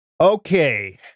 Okay